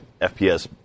FPS